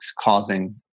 causing